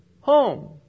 home